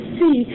see